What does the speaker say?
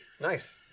Nice